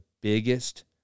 biggest